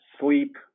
sleep